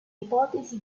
ipotesi